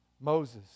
Moses